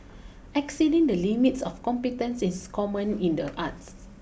exceeding the limits of competence is common in the arts